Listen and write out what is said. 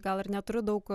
gal ir neturiu daug